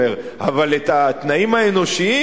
אבל את התנאים האנושיים.